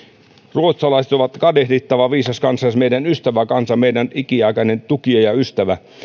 ruotsalaiset ovat kadehdittavan viisas kansa meidän ystäväkansamme meidän ikiaikainen tukijamme ja ystävämme